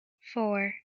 four